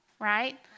right